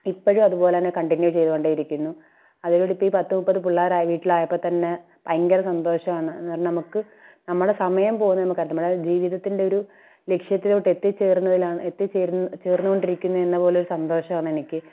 ഇപ്പോഴും അതുപോലെ തന്നെ കണ്ടിന്യൂ ചെയ്തു കൊണ്ടേ ഇരിക്കുന്നു അതിലൂടെ ഇപ്പോൾ ഈ പത്ത് മുപ്പത് പിള്ളേർ ആയി വീട്ടിൽ ആയപ്പോൾ തന്നെ ഭയങ്കര സന്തോഷാണ് ന നമുക്ക് നമ്മുടെ സമയം പോകുന്നതൊന്നും നമുക്കറിയില്ല നമ്മളത് ജീവിതത്തിൻ്റെ ഒരു ലക്ഷ്യത്തിലോട്ട് എത്തി ചേർന്നതിലാണ് എത്തി ചേർന്നു ചേർന്നുകൊണ്ടിരിക്കുന്നു എന്ന പോലെ ഒരു സന്തോഷമാണ് എനിക്ക്